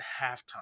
halftime